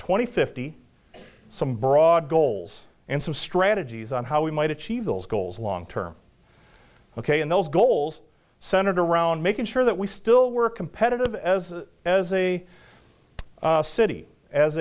twenty fifty some broad goals and some strategies on how we might achieve those goals long term ok and those goals senator around making sure that we still work competitive as as a city as